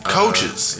coaches